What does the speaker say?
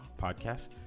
podcast